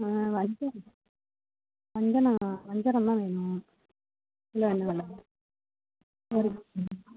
வஞ்சிரம் வஞ்சனோம் வஞ்சிரம் தான் வேணும் கிலோ என்ன வெலை ஒரு